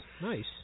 nice